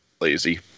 Lazy